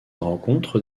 rencontre